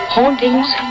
Hauntings